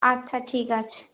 আচ্ছা ঠিক আছে